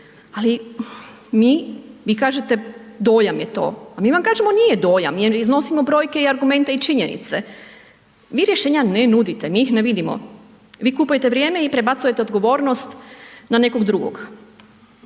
ali mi, vi kažete dojam je to a mi vam kažemo nije dojam jer iznosimo brojke i argumente i činjenice. Vi rješenja ne nudite, mi ih ne vidimo. Vi kupujete vrijeme i prebacujete odgovornost na nekog drugog.